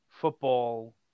football